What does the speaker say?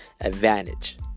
advantage